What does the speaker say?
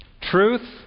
Truth